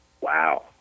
Wow